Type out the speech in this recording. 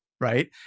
right